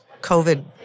COVID